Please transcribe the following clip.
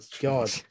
God